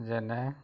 যেনে